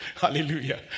Hallelujah